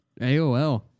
AOL